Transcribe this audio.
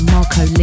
Marco